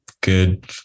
good